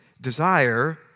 desire